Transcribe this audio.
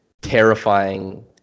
terrifying